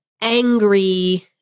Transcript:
angry